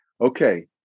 okay